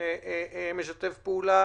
משתף פעולה,